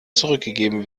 zurückgegeben